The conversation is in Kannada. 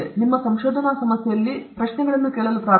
ನಿಮ್ಮ ಸಂಶೋಧನಾ ಸಮಸ್ಯೆಯಲ್ಲಿ ಈ ಪ್ರಶ್ನೆಗಳನ್ನು ಕೇಳಲು ಪ್ರಾರಂಭಿಸಿ